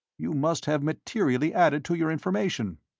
you must have materially added to your information?